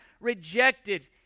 rejected